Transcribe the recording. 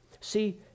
See